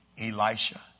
Elisha